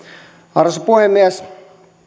arvoisa puhemies